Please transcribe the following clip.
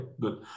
good